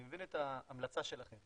אני מבין את ההמלצה שלכם,